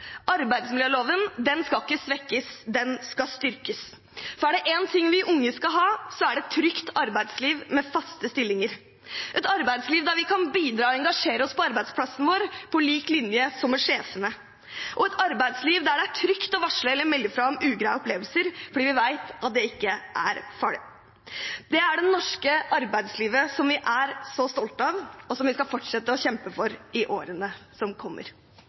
Arbeidsmiljøloven skal ikke svekkes; den skal styrkes. Er det én ting vi unge skal ha, er det et trygt arbeidsliv med faste stillinger, et arbeidsliv der vi kan bidra og engasjere oss på arbeidsplassen vår på lik linje med sjefene, og et arbeidsliv der det er trygt å varsle eller melde fra om ugreie opplevelser fordi vi vet at det ikke er farlig. Det er det norske arbeidslivet som vi er så stolte av, og som vi skal fortsette å kjempe for i årene som kommer.